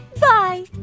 Bye